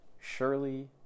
Surely